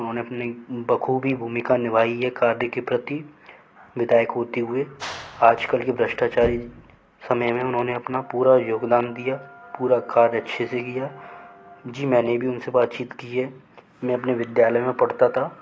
उन्होंने अपने बख़ूबी भूमिका निभाई है कार्य के प्रति विधायक होते हुए आज कल के भ्रष्टाचारी समय में उन्होंने अपना पूरा योगदान दिया पूरा कार्य अच्छे से किया जी मैंने भी उन से बात चीत की है मैं अपने विद्यालय में पढ़ता था